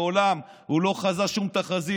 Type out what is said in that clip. מעולם הוא לא חזה שום תחזית,